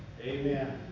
Amen